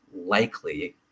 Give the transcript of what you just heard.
likely